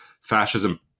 fascism